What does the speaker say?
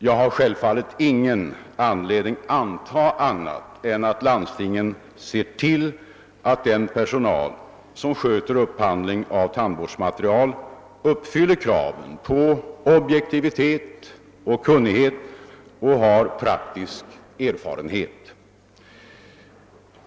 Jag har självfallet ingen anledning anta annat än att landstingen ser till att den personal som sköter upphandling av tandvårdsmaterial uppfyller kraven på objektivitet och kunnighet och har praktisk erfarenhet.